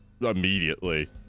immediately